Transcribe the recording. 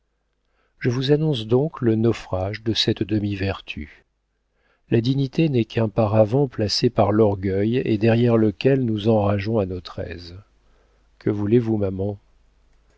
je vous annonce donc le naufrage de cette demi vertu la dignité n'est qu'un paravent placé par l'orgueil et derrière lequel nous enrageons à notre aise que voulez-vous maman